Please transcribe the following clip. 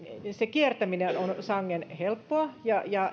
kiertäminen on sangen helppoa ja ja